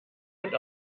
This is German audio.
und